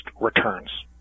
returns